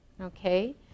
Okay